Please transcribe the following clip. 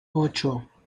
ocho